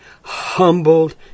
humbled